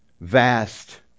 vast